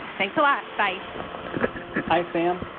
thanks a lot. bye hi, sam.